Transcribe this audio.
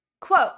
Quote